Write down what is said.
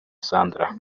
sandra